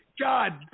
God